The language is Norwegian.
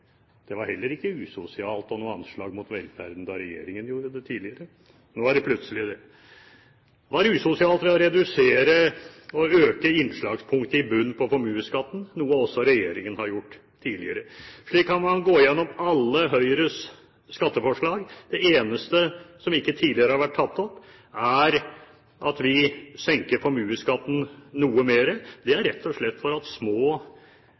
Det var ikke usosialt og noe anslag mot velferden da regjeringen gjorde dette tidligere. Nå er det plutselig det. Hva er usosialt ved å redusere formuesskatten ved å heve innslagspunktet i bunnen, noe også regjeringen har gjort tidligere? Slik kan man gå igjennom alle Høyres skatteforslag. Det eneste som ikke har vært tatt opp tidligere, er at vi senker formuesskatten noe mer. Det er rett og slett for at små